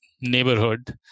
neighborhood